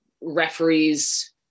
referees